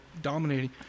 dominating